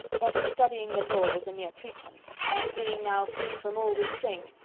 but his studying the law was a mere pretence, and being now free from all restraint,